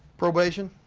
probation.